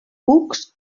cucs